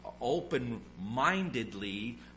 open-mindedly